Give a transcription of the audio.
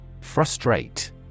Frustrate